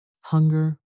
Hunger